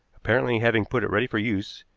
apparently, having put it ready for use,